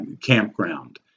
campground